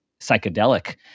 psychedelic